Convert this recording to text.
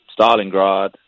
Stalingrad